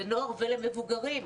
לנוער ולמבוגרים.